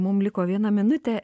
mum liko viena minutė